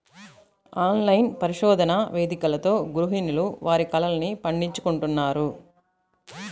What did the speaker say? online పరిశోధన వేదికలతో గృహిణులు వారి కలల్ని పండించుకుంటున్నారు